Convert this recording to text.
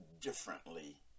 differently